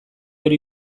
hori